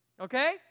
okay